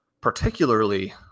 particularly